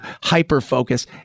hyper-focus